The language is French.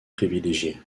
privilégié